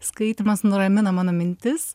skaitymas nuramina mano mintis